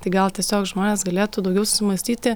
tai gal tiesiog žmonės galėtų daugiau susimąstyti